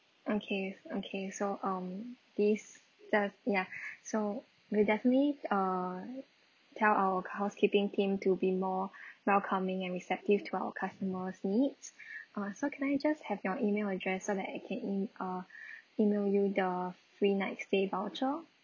okay okay so um this uh ya so we're definitely uh tell our housekeeping team to be more welcoming and receptive to our customers' needs uh so can I just have your email address so that I can um email you the free night stay voucher